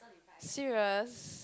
serious